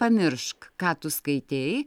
pamiršk ką tu skaitei